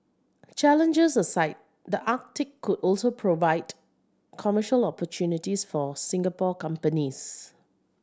challenges aside the Arctic could also provide commercial opportunities for Singapore companies